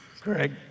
Greg